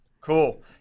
Cool